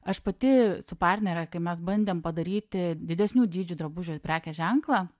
aš pati su partnere kai mes bandėm padaryti didesnių dydžių drabužių prekės ženklą